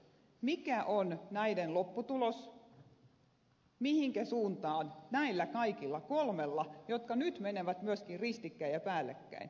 mikä on näiden lopputulos mihinkä suuntaan näillä kaikilla kolmella jotka nyt menevät myöskin ristikkäin ja päällekkäin lopputuloksessa päästään